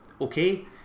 Okay